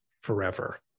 forever